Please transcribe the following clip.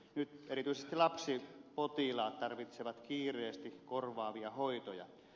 nyt erityisesti lapsipotilaat tarvitsevat kiireesti korvaavia hoitoja